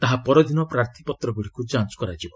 ତାହା ପରଦିନ ପ୍ରାର୍ଥୀପତ୍ରଗୁଡ଼ିକୁ ଯାଞ୍ଚ୍ କରାଯିବ